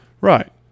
Right